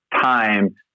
time